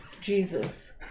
Jesus